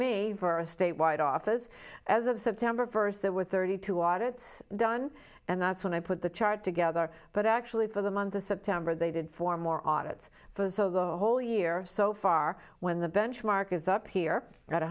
me for a statewide office as of september first there were thirty two audits done and that's when i put the chart together but actually for the month of september they did for more audit for the whole year so far when the benchmark is up here a